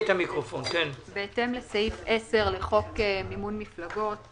בהתאם לסעיף 10 לחוק מימון מפלגות,